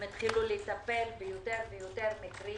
הם התחילו לטפל ביותר ויותר מקרים.